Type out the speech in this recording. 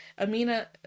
Amina